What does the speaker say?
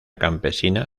campesina